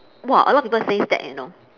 !wah! a lot people says that you know